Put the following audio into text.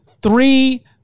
three